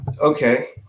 Okay